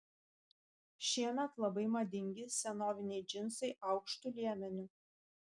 šiemet labai madingi senoviniai džinsai aukštu liemeniu